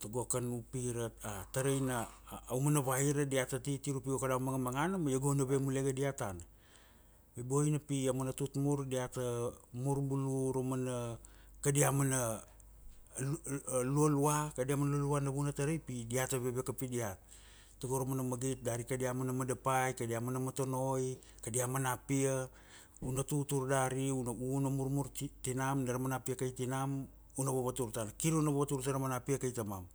Tago kan upi a tarai na, aumana vaira diata titir upi go kada mana managamangana ma ia go na ve mule ge diat tana. I boina pi amana tut mur diata mur bulu raumana, kadia mana lualua. Kadia mana lualua na vunatarai pi, diata vave kapi diat tago ra mana magit dari kadia mana madapai, kadia mana motonoi, kadia mana pia, una tutur dari, una murmur tinam dari mana pia kai tinam. Una vavatur tana. Kir una vavatur tara mana pia kai tamam